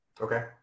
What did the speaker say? Okay